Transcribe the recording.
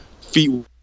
feet